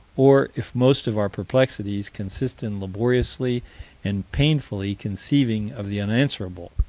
or if most of our perplexities consist in laboriously and painfully conceiving of the unanswerable,